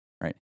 right